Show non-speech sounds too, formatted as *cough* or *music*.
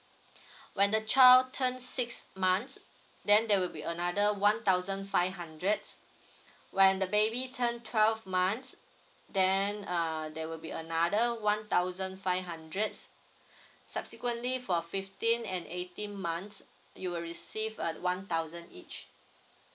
*breath* when the child turns six months then there will be another one thousand five hundred when the baby turn twelve months then uh there will be another one thousand five hundred subsequently for fifteen and eighteen months you will receive at one thousand each